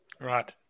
Right